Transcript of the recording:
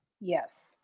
yes